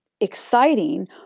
exciting